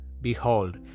Behold